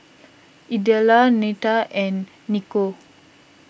Idella Neta and Niko